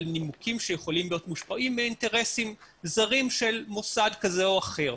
נימוקים שיכולים להיות מושפעים מאינטרסים זרים של מוסד כזה או אחר.